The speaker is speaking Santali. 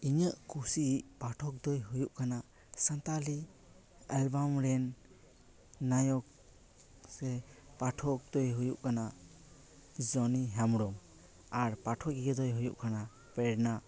ᱤᱧᱟᱹᱜ ᱠᱩᱥᱤ ᱯᱟᱴᱷᱚᱠ ᱫᱚᱭ ᱦᱩᱭᱩᱜ ᱠᱟᱱᱟ ᱥᱟᱱᱛᱟᱞᱤ ᱮᱞᱵᱟᱢ ᱨᱮᱱ ᱱᱟᱭᱚᱠ ᱥᱮ ᱯᱟᱴᱷᱚᱠ ᱫᱚᱭ ᱦᱩᱭᱩᱜ ᱠᱟᱱᱟ ᱥᱚᱱᱤ ᱦᱮᱢᱵᱨᱚᱢ ᱟᱨ ᱯᱟᱴᱷᱚᱠᱤᱭᱟᱹ ᱫᱚᱭ ᱦᱩᱭᱩᱜᱝ ᱠᱟᱱᱟ ᱯᱨᱮᱱᱟ